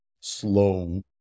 slow